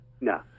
No